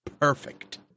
Perfect